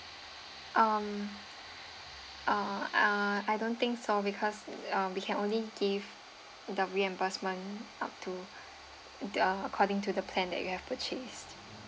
um uh uh I don't think so because uh we can only give the reimbursement up to the uh according to the plan that you have purchased